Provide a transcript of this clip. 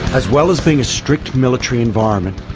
as well as being a strict military environment,